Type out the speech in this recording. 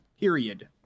Period